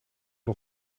nog